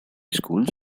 schools